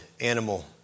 animal